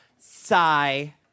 sigh